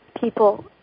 people